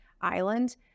island